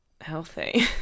healthy